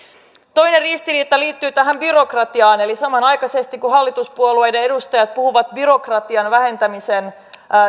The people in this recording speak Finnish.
toinen ristiriita liittyy tähän byrokratiaan eli samanaikaisesti kun hallituspuolueiden edustajat puhuvat byrokratian vähentämisen